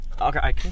Okay